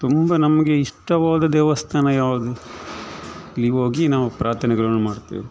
ತುಂಬ ನಮಗೆ ಇಷ್ಟವಾದ ದೇವಸ್ಥಾನ ಯಾವುದು ಅಲ್ಲಿಗೋಗಿ ನಾವು ಪ್ರಾರ್ಥನೆಗಳನ್ನು ಮಾಡುತ್ತೇವೆ